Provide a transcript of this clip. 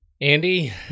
andy